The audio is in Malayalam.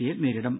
സി യെ നേരിടും